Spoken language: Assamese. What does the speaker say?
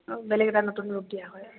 বেলেগ এটা নতুন ৰূপ দিয়া হয়